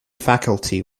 faculty